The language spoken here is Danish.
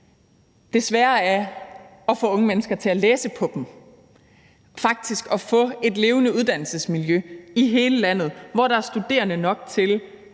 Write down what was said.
svære er at få unge mennesker til at læse på dem og faktisk få et levende uddannelsesmiljø i hele landet, hvor der er studerende nok til